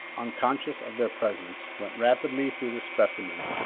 unconscious of their presence, went rapidly through the specimens,